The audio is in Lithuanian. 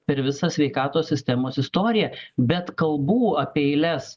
per visą sveikatos sistemos istoriją bet kalbų apie eiles